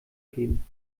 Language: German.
geben